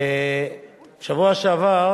בשבוע שעבר,